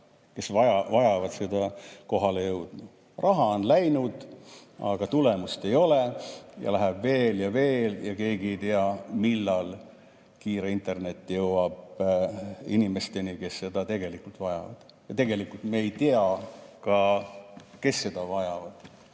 kes vajavad, see kohale jõudma. Raha on läinud, aga tulemust ei ole. Läheb veel ja veel, aga keegi ei tea, millal kiire internet jõuab inimesteni, kes seda tegelikult vajavad. Ja tegelikult me ei tea ka seda, kes seda vajavad